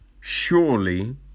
surely